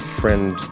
friend